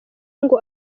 ngo